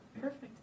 Perfect